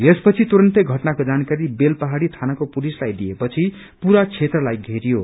यसपछि तुरन्तै घटनाको जानकारी बेलपहाड़ी थानको पुलिसलाई उिए जसपछि पुरा क्षेत्रलाई वेरियो